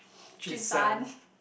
three son